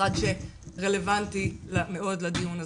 המוסד שרלבנטי מאוד לדיון הזה.